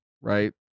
right